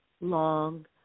long